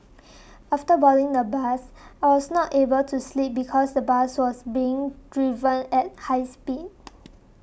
after boarding the bus I was not able to sleep because the bus was being driven at high speed